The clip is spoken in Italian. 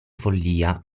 follia